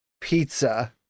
pizza